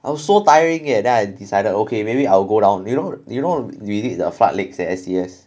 I was so tiring eh then I decided okay maybe I will go down you know you know we need the flight leg at S_C_S